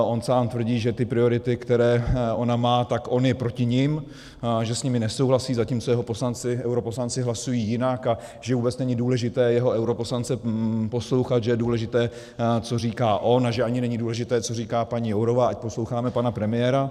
On sám tvrdí, že ty priority, které ona má, tak on je proti nim, že s nimi nesouhlasí, zatímco jeho poslanci, europoslanci, hlasují jinak, a že vůbec není důležité jeho europoslance poslouchat, že je důležité, co říká on, a že ani není důležité, co říká paní Jourová, ať posloucháme pana premiéra.